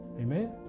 amen